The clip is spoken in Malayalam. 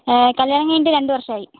കല്യാണം കഴിഞ്ഞിട്ട് രണ്ട് വർഷമായി